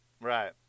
Right